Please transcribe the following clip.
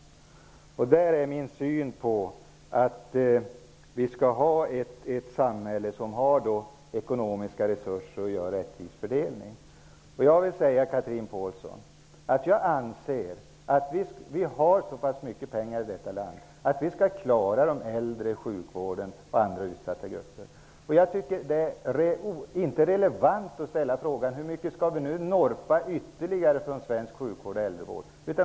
Därför anser jag att vi skall ha ett samhälle som har ekonomiska resurser att göra en rättvis fördelning. Jag anser att vi har så pass mycket pengar i detta land, Chatrine Pålsson, att vi kan klara av att ta hand om de äldre, de sjuka och andra utsatta grupper. Jag tycker inte att det är relevant att ställa frågan om hur mycket ytterligare vi skall norpa från svensk sjukvård och äldrevård.